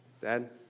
Dad